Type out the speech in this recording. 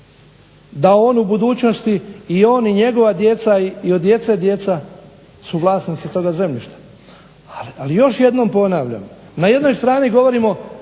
da on u budućnosti i on i njegova djeca i od djece djeca su vlasnici toga zemljišta. Ali još jednom ponavljam, na jednoj strani govorimo,